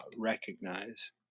recognize